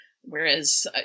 whereas